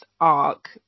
arc